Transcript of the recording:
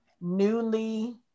newly